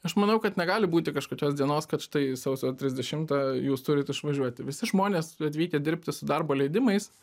aš manau kad negali būti kažkokios dienos kad štai sausio trisdešimą jūs turit išvažiuoti visi žmonės atvykę dirbti su darbo leidimais